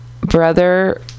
brother